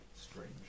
Strange